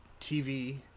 TV